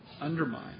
undermine